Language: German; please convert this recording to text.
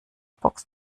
box